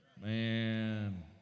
Man